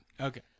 Okay